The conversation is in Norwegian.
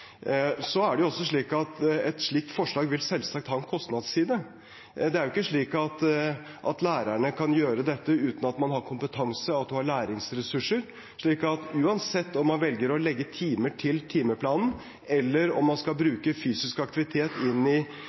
Et slikt forslag vil selvsagt også ha en kostnadsside. Det er ikke slik at lærerne kan gjøre dette uten at man har kompetanse og læringsressurser. Uansett om man velger å legge timer til læreplanen, eller om man skal bruke fysisk aktivitet i